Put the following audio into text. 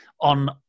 on